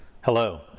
Hello